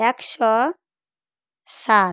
একশো সাত